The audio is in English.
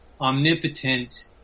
omnipotent